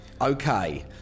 Okay